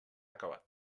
acabat